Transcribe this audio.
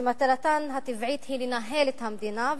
שמטרתם הטבעית היא לנהל את המדינה,